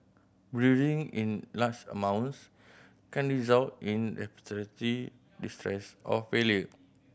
breathing in large amounts can result in respiratory distress or failure